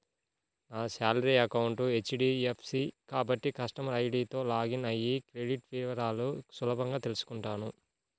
నా salary account HDFC కాబట్టి customer ఐడీతో లాగిన్ అయ్యి క్రెడిట్ వివరాలను సులభంగా తెల్సుకుంటాను